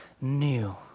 new